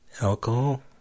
Alcohol